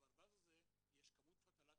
בברווז הזה יש כמות פתלטים,